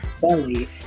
belly